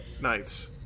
nights